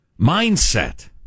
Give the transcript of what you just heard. mindset